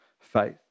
faith